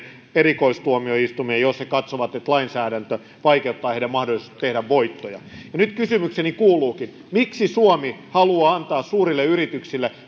erikoistuomioistuimeen jos he katsovat että lainsäädäntö vaikeuttaa heidän mahdollisuuttaan tehdä voittoja nyt kysymykseni kuuluukin miksi suomi haluaa antaa suurille yrityksille